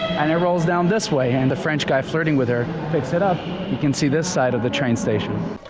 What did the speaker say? and it rolls down this way and the french guy flirting with her picks it up you can see this side of the train station